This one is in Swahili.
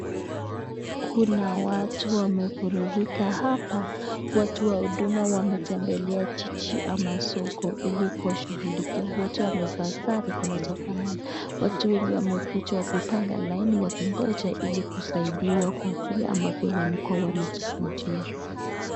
Kuna watu wamefururika hapa. Watu wa huduma wametembelea jiji ama soko ili kuwashughulikia. Wote wamevaa sare zinazofanana. Watu wengi wamekuja wakipanga laini wakingoja ili kusaidiwa kwa kile ambacho walikuwa wamekikujia.